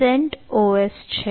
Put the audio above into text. CentOS છે